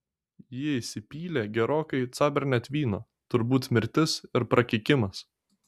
ji įsipylė gerokai cabernet vyno turbūt mirtis ir prakeikimas